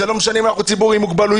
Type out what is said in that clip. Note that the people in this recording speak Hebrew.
זה לא משנה אם אנחנו ציבור עם מוגבלויות,